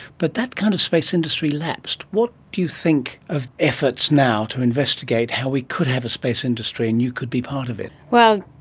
but that kind of space industry lapsed. what do you think of efforts now to investigate how we could have a space industry and you could be part of it? well,